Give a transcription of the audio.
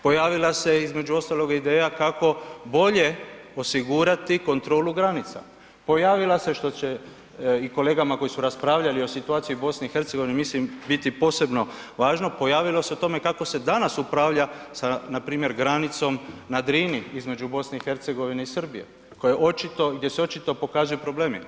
Pojavila se između ostalog ideja kako bolje osigurati kontrolu granica, pojavila se što će i kolegama koji su raspravljali o situaciji u BiH mislim biti posebno važno, pojavilo se o tome kako se danas upravlja sa npr. granicom na Drini između BiH i Srbije gdje se očito pokazuju problemi.